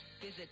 Visit